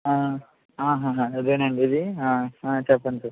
ఆ ఆ అదేనండి ఇది హా హా చెప్పండి సార్